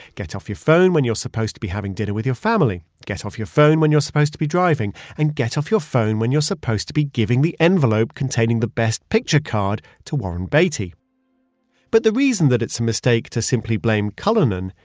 get off your phone when you're supposed to be having dinner with your family. get off your phone when you're supposed to be driving, and get off your phone when you're supposed to be giving the envelope containing the best picture card to warren beatty but the reason that it's a mistake to simply blame cullinan,